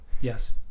Yes